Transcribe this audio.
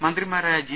മന്ത്രിമാരായ ജി